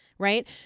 right